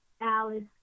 Alice